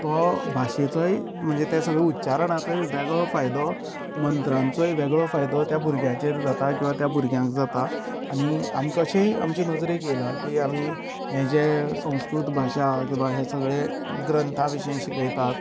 तो भाशेचोय म्हणजे तें सगळे उच्चारणाचोय वेगळो फायदो मंत्रांचो वेगळो फायदो त्या भुरग्यांचेर जाता किंवां त्या भुरग्यांक जाता आनी आमकां अशेय आमचें नजरेक येयला की आमी हे जे संस्कृत भाशा किंवां हे सगळे ग्रंथा विशीं शिकयतात